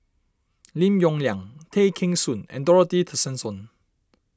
Lim Yong Liang Tay Kheng Soon and Dorothy Tessensohn